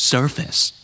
Surface